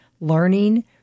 learning